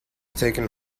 taken